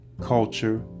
culture